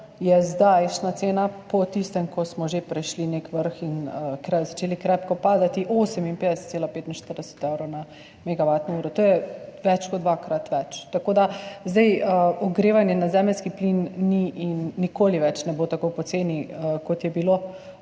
je zdajšnja cena po tistem, ko smo že prešli nek vrh in začeli krepko padati, 58,45 evra na megavatno uro. To je več kot dvakrat več. Ogrevanje na zemeljski plin ni in nikoli več ne bo tako poceni, kot je bilo,